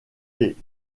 lait